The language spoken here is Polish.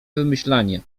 wymyślanie